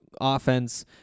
offense